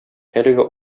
әлеге